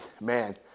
man